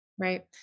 Right